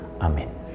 Amen